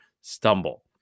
stumble